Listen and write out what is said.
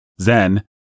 Zen